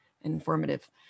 informative